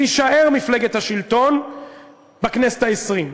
תישאר מפלגת השלטון בכנסת העשרים,